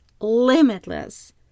limitless